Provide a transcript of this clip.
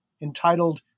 entitled